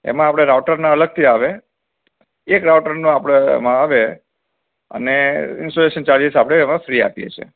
એમાં આપળે રાઉટરના અલગથી આવે એક રાઉટરનો આપળે એમાં આવે અને ઈન્સ્ટોલેશન ચાર્જિસ આપળે એમાં ફ્રી આપીએ છીએ